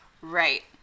Right